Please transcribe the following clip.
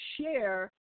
share